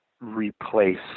replace